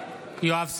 יואב סגלוביץ'